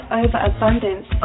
overabundance